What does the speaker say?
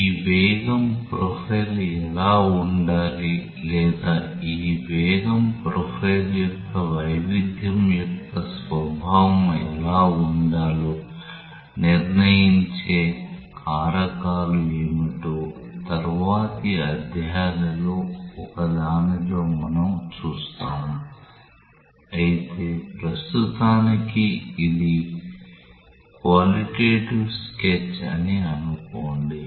ఈ వేగం ప్రొఫైల్ ఎలా ఉండాలి లేదా ఈ వేగం ప్రొఫైల్ యొక్క వైవిధ్యం యొక్క స్వభావం ఎలా ఉండాలో నిర్ణయించే కారకాలు ఏమిటో తరువాతి అధ్యాయాలలో ఒకదానిలో మనం చూస్తాము అయితే ప్రస్తుతానికి ఇది క్వాలిటేటీవ్ స్కెచ్ అని అనుకోండి